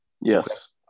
yes